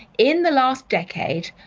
in the last decade,